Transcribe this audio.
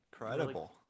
incredible